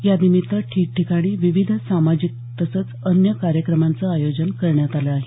यानिमित्त ठिकठिकाणी विविध सामाजिक तसंच अन्य कार्यक्रमांच आयोजन करण्यात आलं आहे